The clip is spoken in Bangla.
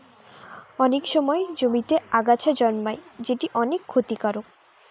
অনেক সময় জমিতে আগাছা জন্মায় যেটি অনেক ক্ষতিকারক